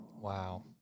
Wow